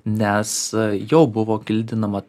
nes jau buvo kildinama